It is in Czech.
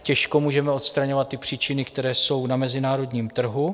Těžko můžeme odstraňovat příčiny, které jsou na mezinárodním trhu.